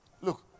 Look